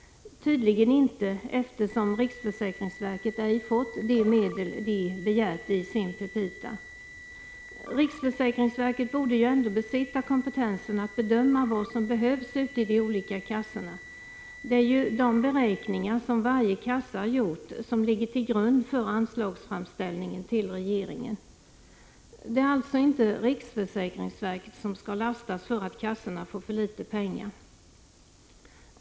Tydligen inte, eftersom riksförsäkringsverket inte fått de medel man begärt i sin petita. Riksförsäkringsverket borde ju ändå besitta kompetensen att bedöma vad som behövs ute i de olika kassorna. Det är ju de beräkningar som varje kassa gjort som ligger till grund för anslagsframställningen till regeringen. Det är alltså inte riksförsäkringsverket som skall lastas för att kassorna får för litet pengar.